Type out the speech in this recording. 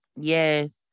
Yes